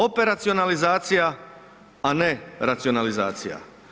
Operacionalizacija a ne racionalizacija.